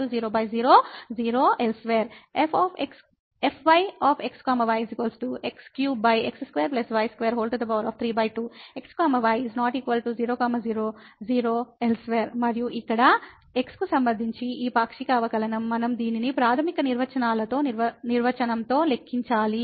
fyx y x3x2y232 x y ≠0 0 0 అన్యత్రా మరియు ఇక్కడ x కు సంబంధించి ఈ పాక్షిక అవకలనం మనం దీనిని ప్రాథమిక నిర్వచనాలతో నిర్వచనంతో లెక్కించాలి